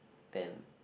then